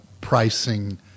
pricing